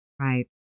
Right